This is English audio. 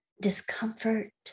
discomfort